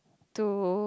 to